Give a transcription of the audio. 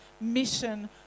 mission